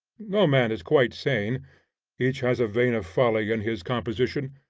no man is quite sane each has a vein of folly in his composition,